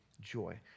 joy